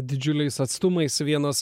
didžiuliais atstumais vienas